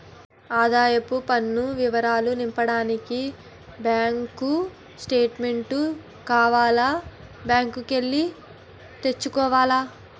ఆదాయపు పన్ను వివరాలు నింపడానికి బ్యాంకు స్టేట్మెంటు కావాల బ్యాంకు కి ఎల్లి తెచ్చుకోవాల